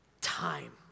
time